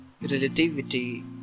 relativity